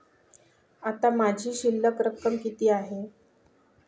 आता माझी शिल्लक रक्कम किती आहे?